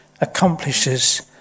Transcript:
accomplishes